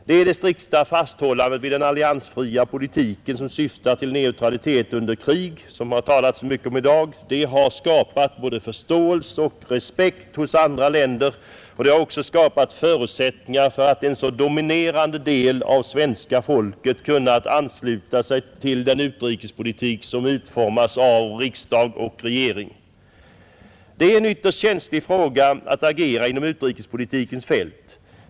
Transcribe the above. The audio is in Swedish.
Det strikta fasthållandet vid den alliansfria politiken, som syftar till neutralitet under krig och som det har talats mycket om i dag, har skapat både förståelse och respekt hos andra länder och den har också skapat förutsättningar för att en så dominerande del av svenska folket kunnat ansluta sig till den utrikespolitik som utformats av riksdag och regering. Det är en ytterst känslig fråga att agera inom utrikespolitikens fält.